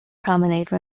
promenade